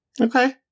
Okay